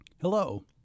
Hello